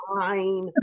fine